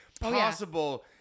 possible